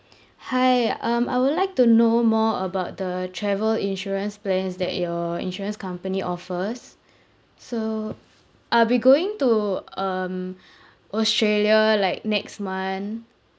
hi um I would like to know more about the travel insurance plans that your insurance company offers so I'll be going to um australia like next month